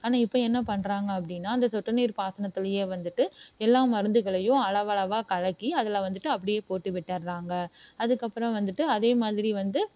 ஆனால் இப்போது என்ன பண்ணுறாங்க அப்படின்னா இந்த சொட்டு நீர் பாசனத்திலேயே வந்துட்டு எல்லா மருந்துகளையும் அளவளவாக கலக்கி அதில் வந்துட்டு அப்படியே போட்டு விட்டுடறாங்க அதுக்கப்புறம் வந்துட்டு அதே மாதிரி வந்து